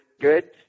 good